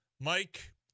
mike